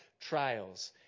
trials